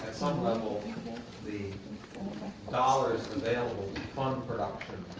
some level the dollars available fund production,